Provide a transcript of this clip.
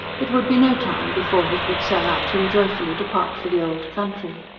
it would be no time before he could sell out and joyfully depart for the old country.